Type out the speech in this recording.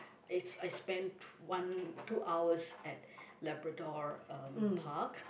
it's I spend one two hours at Labrador um park